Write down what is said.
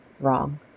wrong